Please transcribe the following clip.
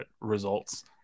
results